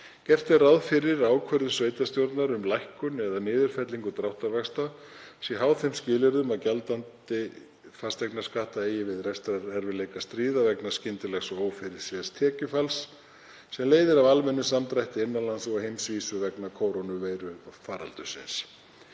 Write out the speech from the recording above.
Gert er ráð fyrir að ákvörðun sveitarstjórnar um lækkun eða niðurfellingu dráttarvaxta sé háð þeim skilyrðum að gjaldandi fasteignaskatta eigi við rekstrarerfiðleika að stríða vegna skyndilegs og ófyrirséðs tekjufalls sem leiðir af almennum samdrætti innan lands og á heimsvísu vegna kórónuveirufaraldursins.